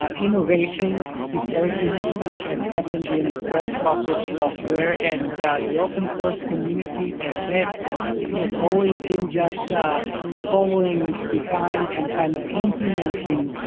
um innovation, historically speaking, has happened in for-profit software and the open source community at best has always been just following behind and kind of implementing